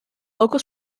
local